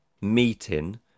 meeting